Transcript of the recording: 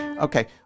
Okay